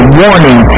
warning